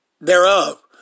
thereof